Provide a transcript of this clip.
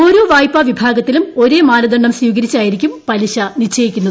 ഓരോ വായ്പാ വിഭാഗത്തിലും ഒരേ മാനദണ്ഡം സ്വീകരിച്ചായിരിക്കും പലിശ നിശ്ചയിക്കുന്നത്